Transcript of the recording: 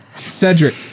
Cedric